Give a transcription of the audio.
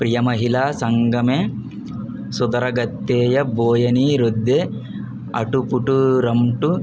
ప్రియ మహిళా సంగమే సుధర గత్తేయా బోయనీ రుద్దే అటు పుటు రంటు